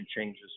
changes